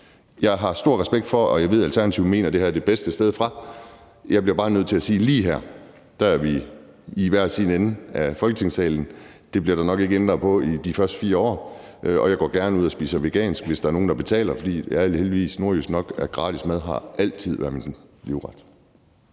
Jeg har stor respekt for og jeg ved, at Alternativet mener det her det bedste sted fra. Jeg bliver bare nødt til at sige, at lige her er vi i hver vores ende af Folketingssalen, og det bliver der nok ikke ændret på i de første 4 år. Jeg går gerne ud og spiser vegansk, hvis der er nogen, der betaler, for jeg er da heldigvis nordjysk nok til, at gratis mad altid har været min livret.